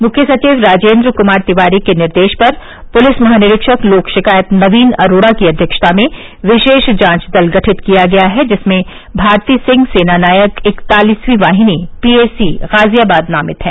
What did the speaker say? मुख्य सचिव राजेन्द्र कुमार तिवारी के निर्देश पर पुलिस महानिरीक्षक लोक शिकायत नवीन अरोड़ा की अव्यक्षता में विशेष जांच दल गठित किया गया है जिसमें भारती सिंह सेना नायक इकतालीस वाहिनी पीएसी गाजियाबाद नामित है